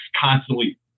constantly